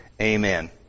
Amen